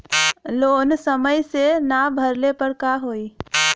Loan समय से ना भरले पर का होयी?